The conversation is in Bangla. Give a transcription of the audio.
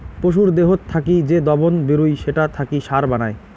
পশুর দেহত থাকি যে দবন বেরুই সেটা থাকি সার বানায়